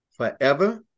Forever